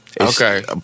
Okay